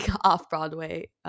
off-Broadway